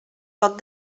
poc